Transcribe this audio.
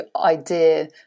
idea